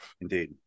Indeed